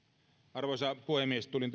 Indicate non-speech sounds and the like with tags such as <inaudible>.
arvoisa puhemies tulin <unintelligible>